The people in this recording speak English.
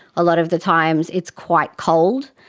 a lot of the times it's quite cold.